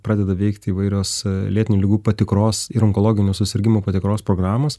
pradeda veikti įvairios lėtinių ligų patikros ir onkologinių susirgimų patikros programos